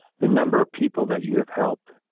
the number of people that you have helped.